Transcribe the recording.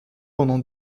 pendant